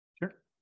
Sure